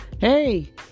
Hey